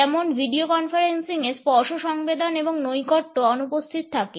যেমন ভিডিও কনফারেন্সিংয়ে স্পর্শ সংবেদন এবং নৈকট্য অনুপস্থিত থাকে